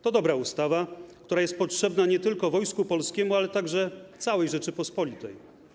To dobra ustawa, która jest potrzebna nie tylko Wojsku Polskiemu, ale także całej Rzeczypospolitej.